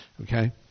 Okay